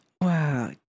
Wow